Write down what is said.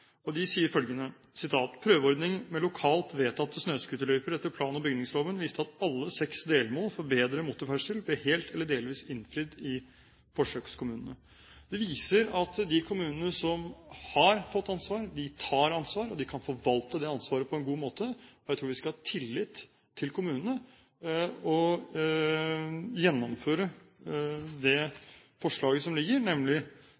De sier følgende: «Prøveordning med lokalt vedtatte snøscooterløyper etter plan- og bygningsloven viste at alle seks delmål for bedre motorferdsel ble helt eller delvis innfridd i forsøkskommunene.» Det viser at de kommunene som har fått ansvar, tar ansvar, og de kan forvalte det ansvaret på en god måte. Jeg tror vi skal ha tillit til kommunene og gjennomføre det forslaget som ligger, nemlig